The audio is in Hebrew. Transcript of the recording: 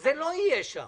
שזה לא יהיה שם.